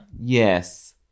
yes